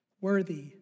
worthy